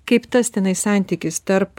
kaip tas tenai santykis tarp